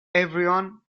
everyone